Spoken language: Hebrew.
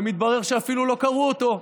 ומתברר שאפילו לא קראו אותו,